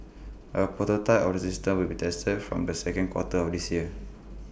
A prototype of the system will be tested from the second quarter of this year